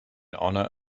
honour